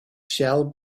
shell